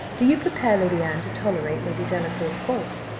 do you prepare lady anne to tolerate lady delacour's faults,